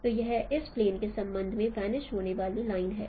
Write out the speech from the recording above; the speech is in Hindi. तो यह इस प्लेन के संबंध में वनिश होने वाली लाइन है